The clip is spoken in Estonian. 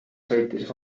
sõitis